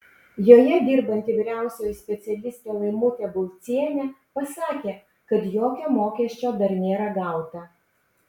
joje dirbanti vyriausioji specialistė laimutė bulcienė pasakė kad jokio mokesčio dar nėra gauta